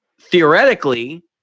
theoretically